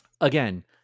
again